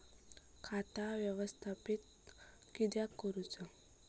खाता व्यवस्थापित किद्यक करुचा?